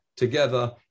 together